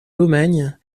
lomagne